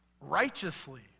righteously